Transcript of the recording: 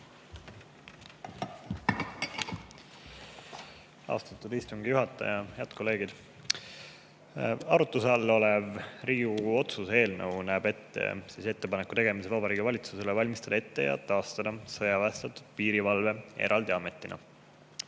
Austatud istungi juhataja! Head kolleegid! Arutluse all olev Riigikogu otsuse eelnõu näeb ette ettepaneku tegemise Vabariigi Valitsusele valmistada ette ja taastada sõjaväestatud piirivalve eraldi ametina.